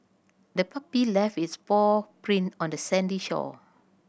the puppy left its paw print on the sandy shore